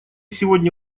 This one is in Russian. сегодня